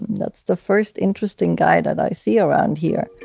that's the first interesting guy that i see around here.